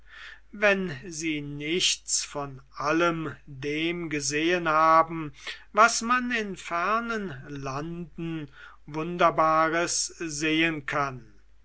wenn sie nichts von allem dem gesehen haben was man in fernen landen wunderbares sehen kann